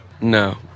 no